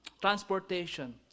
transportation